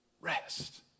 Rest